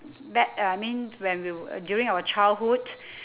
back uh I mean we were uh during our childhood